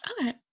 Okay